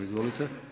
Izvolite.